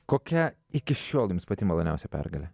kokia iki šiol jums pati maloniausia pergalė